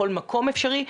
בכל מקום אפשרי,